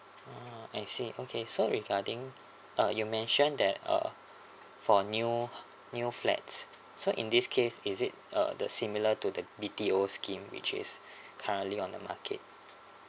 ah I see okay so regarding uh you mention that uh for new new flats so in this case is it uh the similar to the B_T_O scheme which is currently on the market